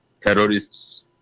Terrorists